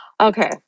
Okay